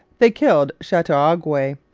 they killed chateauguay,